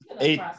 Eight